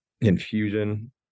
infusion